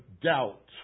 doubt